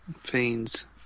Fiends